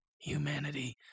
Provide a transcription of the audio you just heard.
humanity